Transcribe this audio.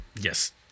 yes